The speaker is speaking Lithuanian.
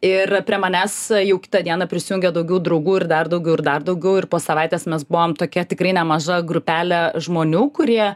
ir prie manęs jau kitą dieną prisijungė daugiau draugų ir dar daugiau ir dar daugiau ir po savaitės mes buvom tokia tikrai nemaža grupelė žmonių kurie